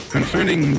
Concerning